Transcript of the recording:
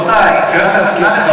רבותי, נא לכבד את מליאת הכנסת.